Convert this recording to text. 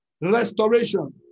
restoration